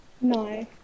No